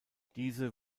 diese